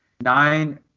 nine